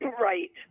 Right